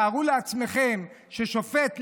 תארו לעצמכם ששופט,